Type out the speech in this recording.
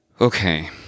okay